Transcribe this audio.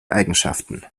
eigenschaften